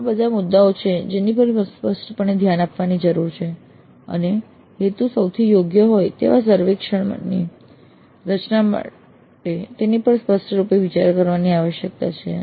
આ બધા મુદ્દાઓ છે જેની પર સ્પષ્ટપણે ધ્યાન આપવાની જરૂર છે અને હેતુ માટે સૌથી યોગ્ય હોય તેવા સર્વેક્ષણ ફોર્મ ની રચના માટે તેની પર સ્પષ્ટ રૂપે વિચાર કરવાની આવશ્યકતા છે